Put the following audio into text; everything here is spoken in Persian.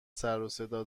سروصدا